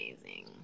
amazing